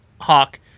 Hawk